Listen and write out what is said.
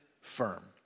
firm